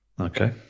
Okay